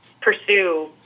pursue